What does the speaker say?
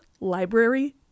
library